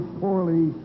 poorly